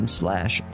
slash